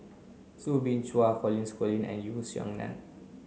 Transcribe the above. Soo Bin Chua and Yeo Song Nian